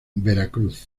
veracruz